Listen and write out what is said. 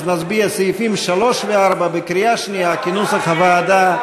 אז נצביע על סעיפים 3 ו-4 בקריאה שנייה כנוסח הוועדה.